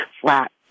flat